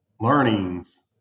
learnings